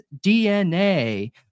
DNA